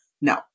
no